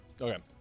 Okay